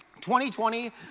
2020